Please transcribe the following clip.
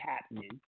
happening –